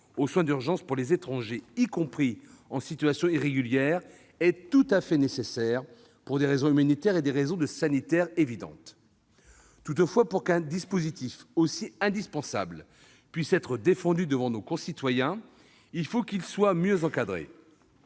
aux soins d'urgence pour les étrangers, y compris en situation irrégulière, est tout à fait nécessaire, pour des raisons humanitaires et des raisons sanitaires évidentes. Toutefois, pour qu'un dispositif aussi indispensable puisse être défendu devant nos concitoyens, il faut qu'il soit mieux encadré.